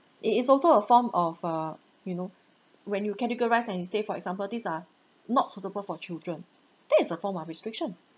it is also a form of uh you know when you categorise and you state for example these are not suitable for children that is a form of restriction